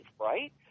right